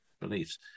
beliefs